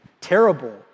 terrible